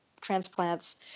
transplants